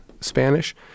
Spanish